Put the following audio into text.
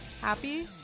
Happy